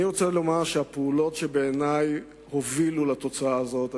הפעולות שבעיני הובילו לתוצאה הזאת,